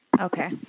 Okay